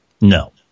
No